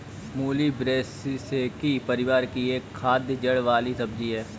मूली ब्रैसिसेकी परिवार की एक खाद्य जड़ वाली सब्जी है